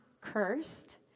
cursed